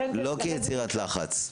לא כיצירת לחץ.